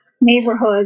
neighborhood